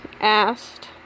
asked